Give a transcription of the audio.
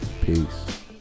Peace